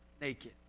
naked